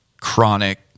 Chronic